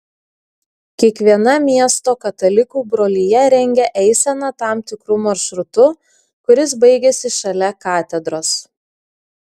kiekviena miesto katalikų brolija rengia eiseną tam tikru maršrutu kuris baigiasi šalia katedros